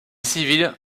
civils